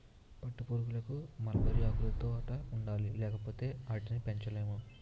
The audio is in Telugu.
పట్టుపురుగులకు మల్బరీ ఆకులుతోట ఉండాలి లేపోతే ఆటిని పెంచలేము